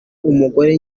umugore